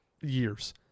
years